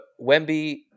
Wemby